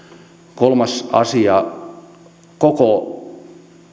kolmas asia koko